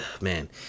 man